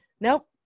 nope